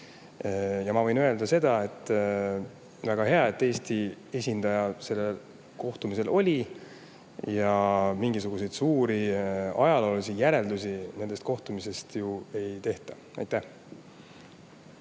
Ma võin öelda seda, et väga hea, et Eesti esindaja sellel kohtumisel oli. Mingisuguseid suuri ajaloolisi järeldusi nendest kohtumistest ei tehta. Aitäh,